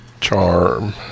charm